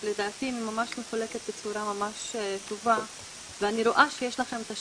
שלדעתי היא מחולקת ממש בצורה טובה ואני רואה שיש לכם שיפור,